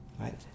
right